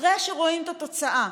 אחרי שרואים את התוצאה,